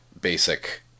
basic